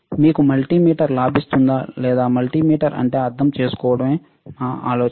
మీకు మల్టీమీటర్ లభిస్తుందా లేదా మల్టీమీటర్ ఉంటే అర్థం చేసుకోవడమే మా ఆలోచన